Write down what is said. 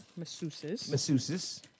Masseuses